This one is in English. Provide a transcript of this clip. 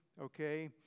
okay